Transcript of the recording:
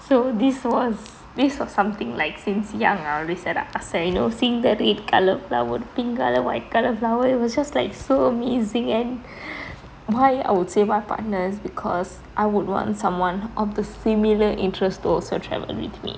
so this was based on something like since young I already said I say you know seeing the red colour flower pink colour white colour flower was just like so amazing and why I would say our partners because I would want someone of the similar interest to also travel with me